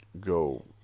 go